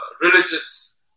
religious